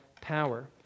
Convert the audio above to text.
power